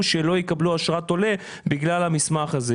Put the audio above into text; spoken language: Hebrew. שלא יקבלו אשרת עולה בגלל המסמך הזה,